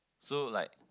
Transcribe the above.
so like